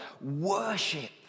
worship